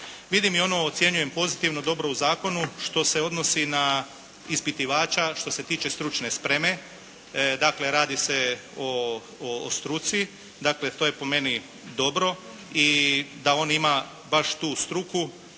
Vidim i ono ocjenjujem pozitivno dobro u zakonu što se odnosi na ispitivača što se tiče stručne spreme. Radi se o struci. To je po meni dobro. I da on baš tu struku,